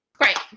Great